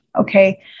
okay